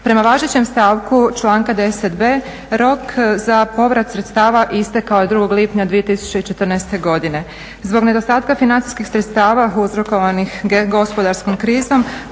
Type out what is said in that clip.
Prema važećem stavku članka 10.b rok za povrat sredstava istekao je 2. lipnja 2014. godine. Zbog nedostatka financijskih sredstava uzrokovanih gospodarskom krizom